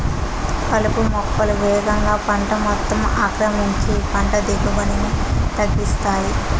కలుపు మొక్కలు వేగంగా పంట మొత్తం ఆక్రమించి పంట దిగుబడిని తగ్గిస్తాయి